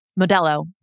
Modelo